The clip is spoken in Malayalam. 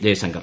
ജയശങ്കർ